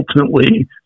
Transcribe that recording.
ultimately